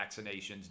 vaccinations